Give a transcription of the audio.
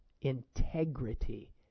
integrity